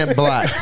black